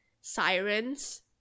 sirens